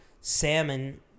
salmon